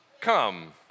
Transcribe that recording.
Come